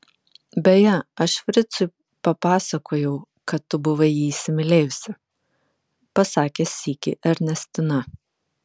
beje aš fricui papasakojau kad tu buvai jį įsimylėjusi pasakė sykį ernestina